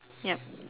yup